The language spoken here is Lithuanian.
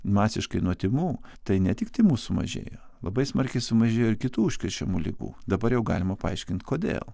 masiškai nuo tymų tai ne tik tymų sumažėjo labai smarkiai sumažėjo ir kitų užkrečiamų ligų dabar jau galima paaiškint kodėl